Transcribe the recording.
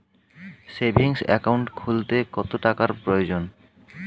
Savings account খুলতে কত টাকার প্রয়োজন?